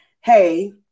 hey